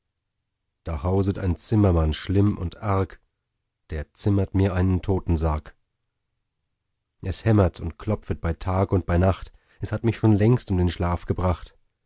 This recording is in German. da hauset ein zimmermann schlimm und arg der zimmert mir einen totensarg es hämmert und klopfet bei tag und bei nacht es hat mich schon längst um den schlaf gebracht